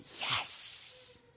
yes